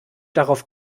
darauf